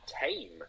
tame